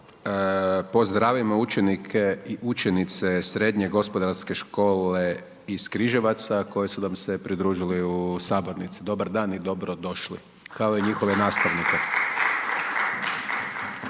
Pozdravimo učenike i učenice srednje Gospodarske škole iz Križevaca koji su nam se pridružili u sabornici. Dobar dan i dobro došli! …/Pljesak/… Kao i njihove nastavnike.